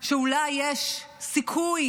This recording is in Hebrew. שאולי יש סיכוי,